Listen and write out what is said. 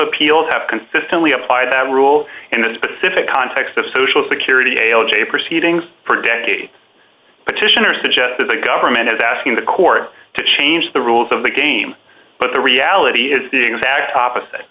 appeals have consistently applied that rule in the specific context of social security a l j proceedings for decades petitioner suggests that the government is asking the court to change the rules of the game but the reality is the exact opposite